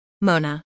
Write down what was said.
Mona